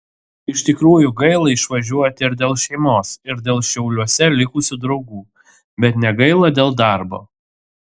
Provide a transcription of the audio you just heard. iš tikrųjų gaila išvažiuoti ir dėl šeimos ir dėl šiauliuose likusių draugų bet negaila dėl darbo